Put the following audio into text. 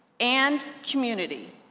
and community.